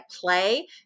play